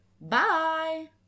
Bye